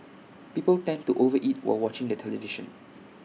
people tend to over eat while watching the television